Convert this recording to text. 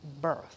birth